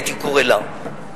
הייתי קורא לה,